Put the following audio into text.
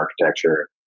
architecture